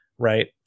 Right